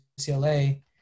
UCLA